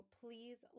please